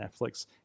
Netflix